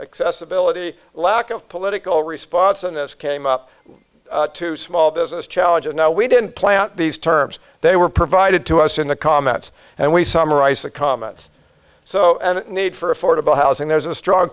excess ability lack of political response and this came up to small business challenges now we didn't plan these terms they were provided to us in the comments and we summarize the comments so need for affordable housing there's a strong